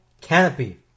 canopy